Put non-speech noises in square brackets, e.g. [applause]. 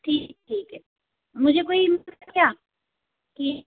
ठीक ठीक है मुझे कोई [unintelligible] क्या ठीक